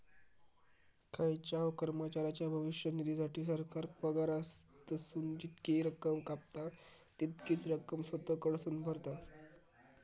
खायच्याव कर्मचाऱ्याच्या भविष्य निधीसाठी, सरकार पगारातसून जितकी रक्कम कापता, तितकीच रक्कम स्वतः कडसून भरता